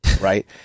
right